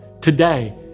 Today